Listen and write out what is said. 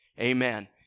Amen